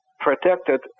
protected